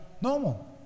normal